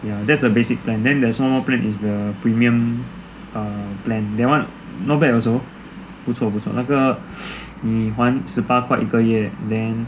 ya that's the basic thing plan then there's one more plan is the premium err plan that one not bad also 不错不错那个你还十八块一个月 then